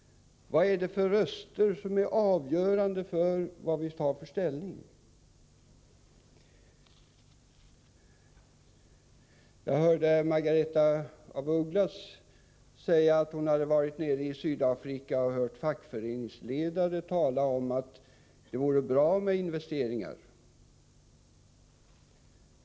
Vilka röster är avgörande för vilken ställning vi tar? Jag hörde Margaretha af Ugglas säga att hon hade varit nere i Sydafrika och hört fackföreningsledare säga att det var bra med investeringar.